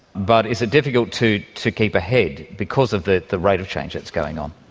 but is it difficult to to keep ahead because of the the rate of change that's going on?